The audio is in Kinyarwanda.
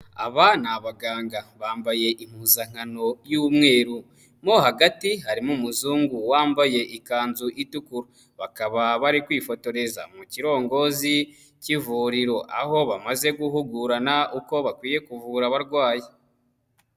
Aba ni abaganga, bambaye impuzankano y'umweru mo hagati harimo umuzungu wambaye ikanzu itukura, bakaba bari kwifotoreza mu kirongozi k'ivuriro aho bamaze guhugurana uko bakwiye kuvura abarwayi.